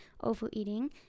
overeating